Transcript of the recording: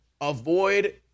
avoid